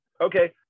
okay